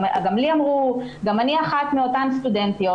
גם אני אחת מאותן סטודנטיות.